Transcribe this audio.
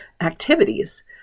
activities